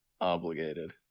obligated